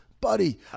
buddy